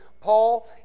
Paul